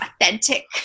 authentic